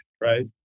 right